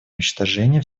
уничтожения